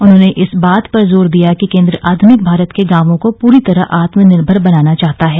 उन्होंने इस बात पर जोर दिया कि केन्द्र आधनिक भारत के गांवों को पूरी तरह आत्मनिर्भर बनाना चाहता है